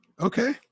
Okay